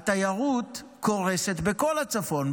התיירות קורסת בכל הצפון.